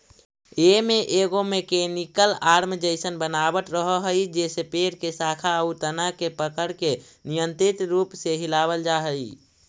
एमे एगो mechanical arm जइसन बनावट रहऽ हई जेसे पेड़ के शाखा आउ तना के पकड़के नियन्त्रित रूप से हिलावल जा हई